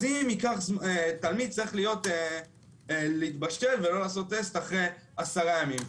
אז אם ייקח תלמיד צריך להיות להתבשל ולא לעשות טסט אחרי עשרה ימים,